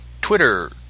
Twitter